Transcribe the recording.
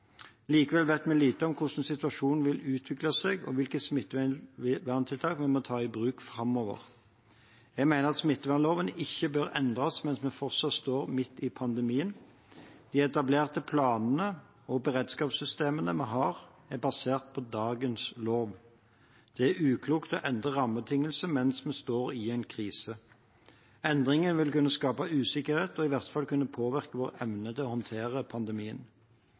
Likevel vet vi lite om hvordan situasjonen vil utvikle seg, og hvilke smitteverntiltak vi må ta i bruk framover. Jeg mener at smittevernloven ikke bør endres mens vi fortsatt står midt i pandemien. De etablerte planene og beredskapssystemene vi har, er basert på dagens lov. Det er uklokt å endre rammebetingelser mens vi står i en krise. Endringer vil kunne skape usikkerhet og i verste fall kunne påvirke vår evne til å håndtere pandemien.